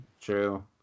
True